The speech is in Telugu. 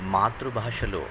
మాతృభాషలో